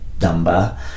number